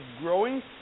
growing